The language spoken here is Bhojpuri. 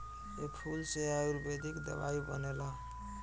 ए फूल से आयुर्वेदिक दवाई बनेला